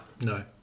No